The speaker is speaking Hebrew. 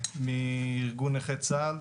מארגון נכי צה"ל.